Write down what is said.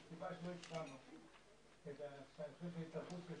הסיבה שלא הצבענו היא ההתערבות של